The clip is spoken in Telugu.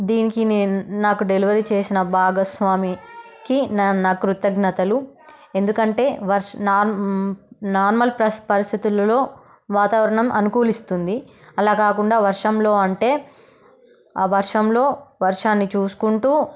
దీనికి నేను నాకు డెలివరీ చేసిన భాగస్వామికి నా కృతజ్ఞతలు ఎందుకంటే వర్ష నార్మల్ పర్స్ పరిస్థితులలో వాతావరణం అనుకూలిస్తుంది అలా కాకుండా వర్షంలో అంటే ఆ వర్షంలో వర్షాన్ని చూసుకుంటూ